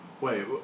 Wait